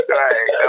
right